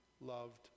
loved